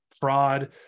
fraud